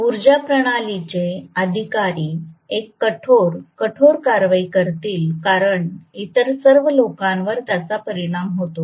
उर्जा प्रणालीचे अधिकारी एक कठोर कठोर कारवाई करतील कारण इतर सर्व लोकांवर त्याचा परिणाम होतो